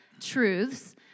truths